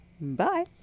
bye